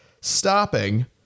stopping